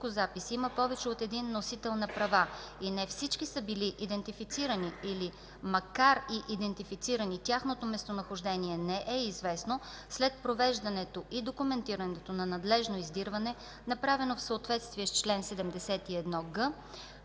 има повече от един носител на права и не всички са били идентифицирани или макар и идентифицирани тяхното местонахождение не е известно след провеждането и документирането на надлежно издирване, направено в съответствие с чл. 71г,